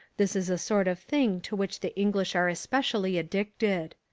this is a sort of thing to which the english are especially addicted.